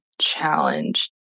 challenge